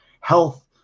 health